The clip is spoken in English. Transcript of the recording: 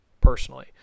personally